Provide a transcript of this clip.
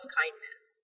kindness